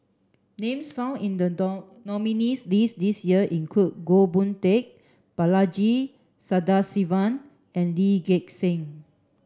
names found in the nominees' list this year include Goh Boon Teck Balaji Sadasivan and Lee Gek Seng